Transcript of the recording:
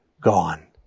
gone